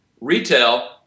Retail